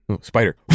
Spider